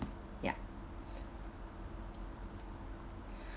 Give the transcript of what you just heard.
ya